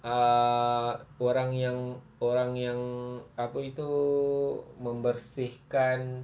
err orang yang orang yang apa itu membersihkan